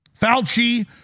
Fauci